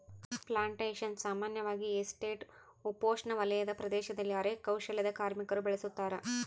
plantations ಸಾಮಾನ್ಯವಾಗಿ estate ಉಪೋಷ್ಣವಲಯದ ಪ್ರದೇಶದಲ್ಲಿ ಅರೆ ಕೌಶಲ್ಯದ ಕಾರ್ಮಿಕರು ಬೆಳುಸತಾರ